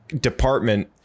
department